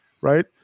right